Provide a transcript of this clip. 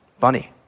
bunny